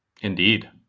Indeed